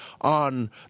on